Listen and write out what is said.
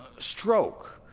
stroke,